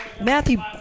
Matthew